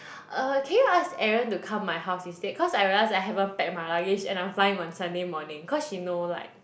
uh can you ask Aaron to come my house instead cause I realised I haven't pack my luggage and I'm flying on Sunday morning cause she know like